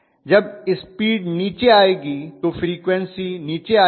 जब स्पीड नीचे आएगी तो फ्रीक्वन्सी नीचे आएगी